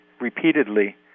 repeatedly